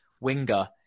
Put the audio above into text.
winger